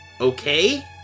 okay